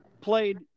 played